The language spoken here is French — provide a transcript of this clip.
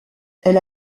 elle